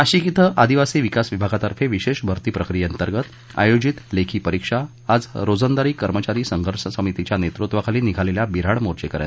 नाशिक क्वें आदिवासी विकास विभागातर्फे विशेष भरती प्रक्रियेंतर्गत आयोजित लेखी परीक्षा आज रोजंदारी कर्मचारी संघर्ष समितीच्या नेतृत्वाखाली निघालेल्या बिहा ड मोर्चेक यांनी बंद पाडली